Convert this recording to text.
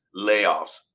layoffs